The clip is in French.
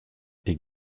est